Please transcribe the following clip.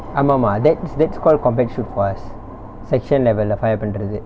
ஆமா ஆமா:aamaa aamaa that's that's called combat shoot for us section level lah fire பன்றது:pandrathu